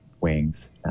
wings